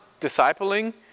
discipling